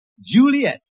Juliet